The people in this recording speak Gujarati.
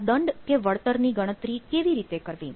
આ દંડ કે વળતરની ગણતરી કેવી રીતે કરવી